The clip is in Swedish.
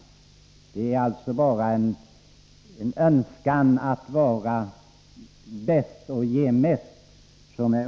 Underlaget för era ställningstaganden är alltså bara en önskan att vara bäst och ge mest.